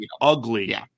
ugly